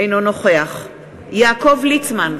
אינו נוכח יעקב ליצמן,